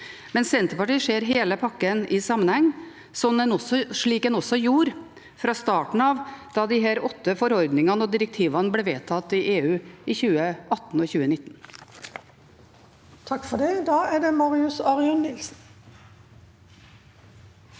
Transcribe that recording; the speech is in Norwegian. Men Senterpartiet ser hele pakken i sammenheng, slik en også gjorde fra starten av, da disse åtte forordningene og direktivene ble vedtatt i EU i 2018 og 2019. Marius Arion Nilsen